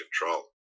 control